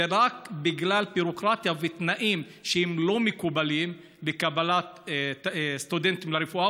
ורק בגלל ביורוקרטיה ותנאים שהם לא מקובלים בקבלת סטודנטים לרפואה,